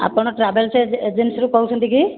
ଆପଣ ଟ୍ରାଭେଲ୍ସ ଏଜେନ୍ସିରୁ କହୁଛନ୍ତି କି